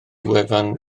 wefan